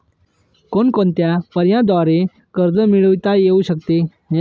कोणकोणत्या पर्यायांद्वारे कर्ज मिळविता येऊ शकते?